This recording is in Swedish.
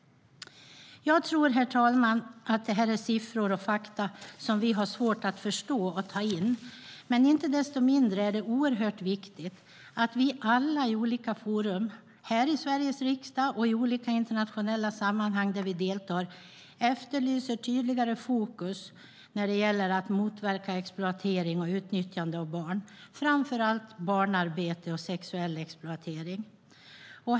Jag tror, herr talman, att det här är siffror och fakta som vi har svårt att förstå och ta in, men inte desto mindre är det oerhört viktigt att vi alla i olika forum - här i Sveriges riksdag och i olika internationella sammanhang där vi deltar - efterlyser tydligare fokus när det gäller att motverka exploatering och utnyttjande av barn, framför allt barnarbete och sexuell exploatering.